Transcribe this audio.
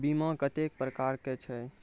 बीमा कत्तेक प्रकारक छै?